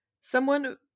Someone